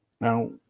Now